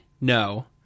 no